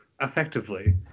effectively